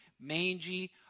mangy